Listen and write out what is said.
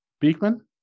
Beekman